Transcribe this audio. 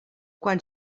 quan